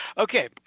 Okay